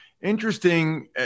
Interesting